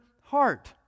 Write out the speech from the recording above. heart